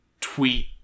tweet